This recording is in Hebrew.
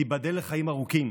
תיבדל לחיים ארוכים,